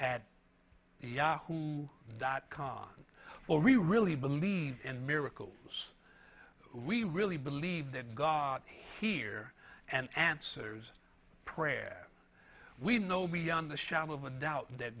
at yahoo dot com or we really believe in miracles we really believe that god here and answers prayer we know beyond a shadow of a doubt that